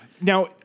Now